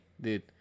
dude